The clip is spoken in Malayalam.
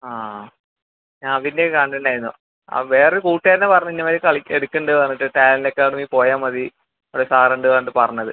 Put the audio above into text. ആ ഞാൻ അതിൻ്റെ കണ്ടിട്ടുണ്ടായിരുന്നു ആ വേറെ ഒരു കൂട്ടുകാരനാണ് പറഞ്ഞത് ഇന്ന മാതിരി കളിക്ക് എടുക്കുന്നുണ്ടെന്ന് പറഞ്ഞിട്ട് ടാലൻറ്റ് അക്കാദമിയിൽ പോയാൽ മതി അവിടെ സാർ ഉണ്ടെന്ന് പറഞ്ഞിട്ട് പറഞ്ഞത്